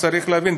צריך להבין,